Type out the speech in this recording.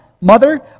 mother